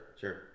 sure